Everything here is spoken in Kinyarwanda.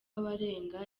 abarenga